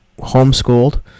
homeschooled